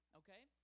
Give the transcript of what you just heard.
okay